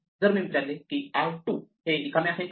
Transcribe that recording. जर मी विचारले की I 2 हे रिकामे आहे का